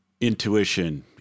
intuition